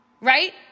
right